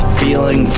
feeling